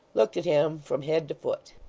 looked at him from head to foot.